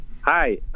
hi